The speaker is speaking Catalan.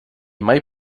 mai